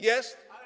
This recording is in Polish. Jest?